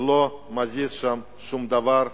הוא לא מזיז שם שום דבר.